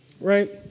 right